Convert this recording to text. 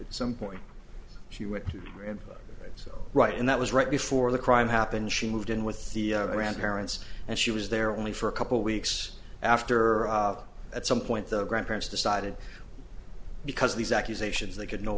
some point she went in so right and that was right before the crime happened she moved in with the grandparents and she was there only for a couple weeks after at some point the grandparents decided because these accusations they could no